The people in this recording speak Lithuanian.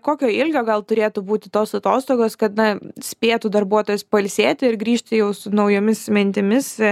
kokio ilgio gal turėtų būti tos atostogos kad na spėtų darbuotojas pailsėti ir grįžti jau su naujomis mintimis